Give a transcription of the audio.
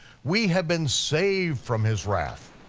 we have been saved from his wrath.